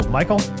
Michael